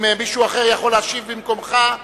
אם מישהו אחר יכול להשיב במקומך.